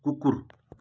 कुकुर